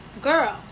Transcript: Girl